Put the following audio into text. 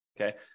Okay